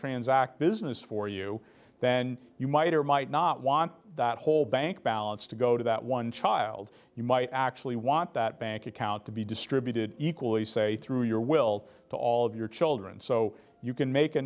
transact business for you then you might or might not want that whole bank balance to go to that one child you might actually want that bank account to be distributed equally say through your will to all of your children so you can make a